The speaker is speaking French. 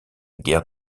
guerre